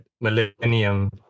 millennium